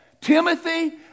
Timothy